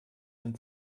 den